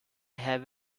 have